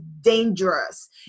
dangerous